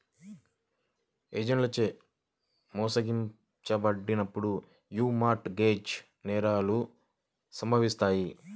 ఏజెంట్లచే మోసగించబడినప్పుడు యీ మార్ట్ గేజ్ నేరాలు సంభవిత్తాయి